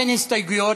אין הסתייגויות.